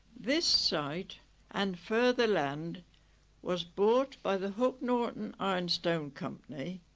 this site and further land was bought by the hook norton ironstone company.